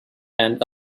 and